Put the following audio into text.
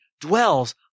dwells